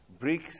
BRICS